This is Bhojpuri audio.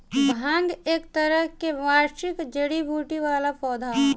भांग एक तरह के वार्षिक जड़ी बूटी वाला पौधा ह